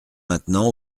maintenant